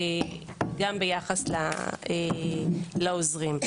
גם ביחס לעוזרים.